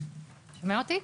שומע אותי?